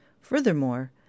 Furthermore